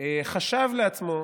חשב לעצמו